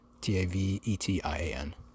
T-A-V-E-T-I-A-N